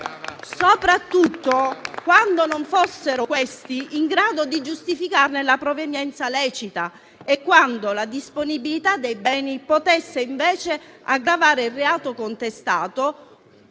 soprattutto quando non fossero in grado di giustificarne la provenienza lecita e quando la disponibilità dei beni potesse invece aggravare il reato contestato